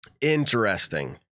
Interesting